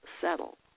settle